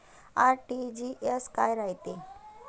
RTGS काय रायते?